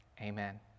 amen